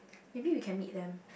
maybe we can meet them